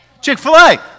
Chick-fil-A